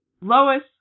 Lois